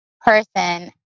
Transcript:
person